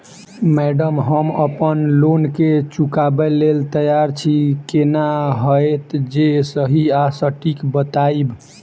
Madam हम अप्पन loan केँ चुकाबऽ लैल तैयार छी केना हएत जे सही आ सटिक बताइब?